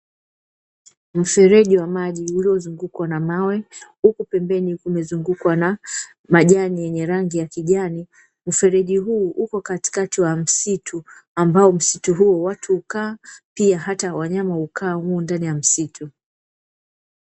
Mfereji wa maji uliozungukwa na mawe, huku pembeni kumezungukwa na majani yenye rangi ya kijani. Mfereji huu upo katikati ya msitu ambao msitu huu watu hukaa pia hata wanyama hukaa humo ndani ya msitu.